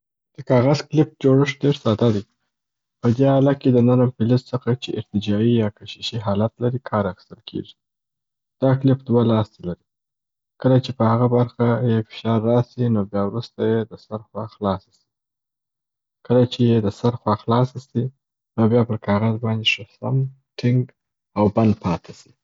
د کاغذ کلیپ جوړښت ډېر ساده دی. په دې آله کې د نرم پلیز څخه چې ارتجایي یا کشیشي حالت لري کار اخیتستل کیږي. دا کلیپ دوه لاستې لري، کله چې په هغه برخه یې فشار راسي نو بیا وروسته یې د سر خوا خلاصه سي. کله چې یې د سر خوا خلاصه سي نو بیا پر کاغذ باندي ښه سم ټنګ او بند سي.